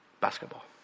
basketball